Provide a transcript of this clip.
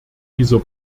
dieser